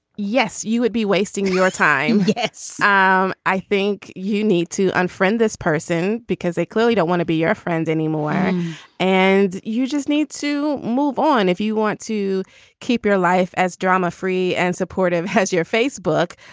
yes you would be wasting your time yes um i think you need to unfriend this person because they clearly don't want to be your friends anymore and you just need to move on if you want to keep your life as drama free and supportive. has your facebook